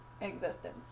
existence